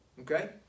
Okay